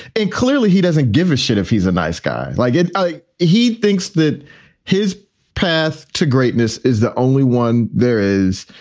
and clearly, he doesn't give a shit if he's a nice guy like it. he thinks that his path to greatness is the only one there is.